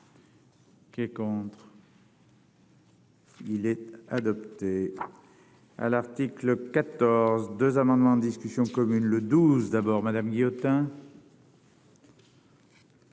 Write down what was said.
Qu'elles contrent. Il est adopté à l'article 14 2 amendements en discussion commune le 12 d'abord Madame Guillotin.